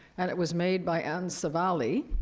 and it was made by anne savalli.